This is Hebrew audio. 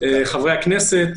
חברי הכנסת.